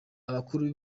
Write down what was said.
abakuru